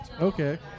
Okay